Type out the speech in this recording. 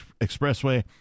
Expressway